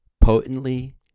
potently